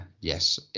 yes